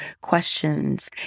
questions